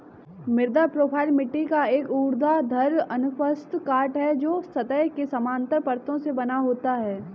मृदा प्रोफ़ाइल मिट्टी का एक ऊर्ध्वाधर अनुप्रस्थ काट है, जो सतह के समानांतर परतों से बना होता है